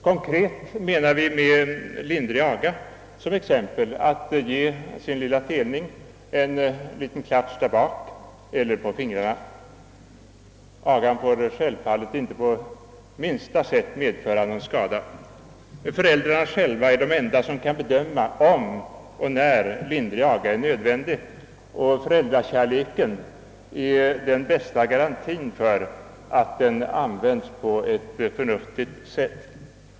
Konkret menar vi med lindrig aga t.ex. att man ger sin lilla telning en liten klatsch där bak eller på fingrarna. Agan får självfallet inte på minsta sätt medföra någon skada. Föräldrarna själva är de enda som kan bedöma, om och när lindrig aga är nödvändig, och föräldrakärleken är den bästa garantien för att den används på ett förnuftigt sätt.